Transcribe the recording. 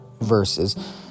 verses